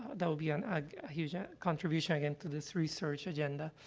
that would be an a a huge contribution, again, to this research agenda.